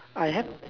I have